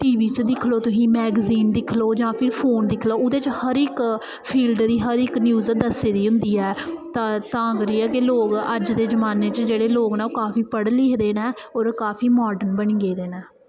T V च दिक्खी लैओ तुहीं मैगजीन दिक्खी लैओ जां फिर फोन दिक्खी लैओ ओह्दे च हर इक फील्ड दी हर इक न्यूज़ दस्सी दी होंदी ऐ तां करियै गै लोग अज्ज दे जमान्ने च जेह्ड़े लोग न ओह् काफी पढ़े लिखे दे न होर काफी मॉडर्न बनी गेदे न